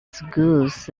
schools